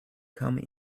come